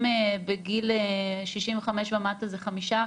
אם בגיל 65 ומטה זה 5%,